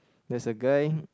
there's a guy